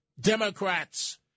Democrats